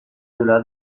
delà